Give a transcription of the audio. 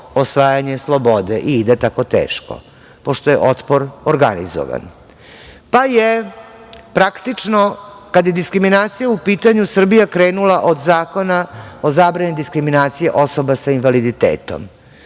osvajanje slobode i ide tako teško, pošto je otpor organizovan. Pa je praktično, kada je diskriminacija u pitanju, Srbija krenula od Zakona o zabrani diskriminacije osoba sa invaliditetom